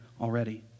already